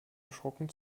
erschrocken